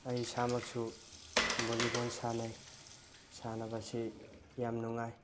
ꯑꯩ ꯏꯁꯥꯃꯛꯁꯨ ꯚꯣꯂꯤꯕꯣꯜ ꯁꯥꯟꯅꯩ ꯁꯥꯟꯅꯕꯁꯤ ꯌꯥꯝ ꯅꯨꯡꯉꯥꯏ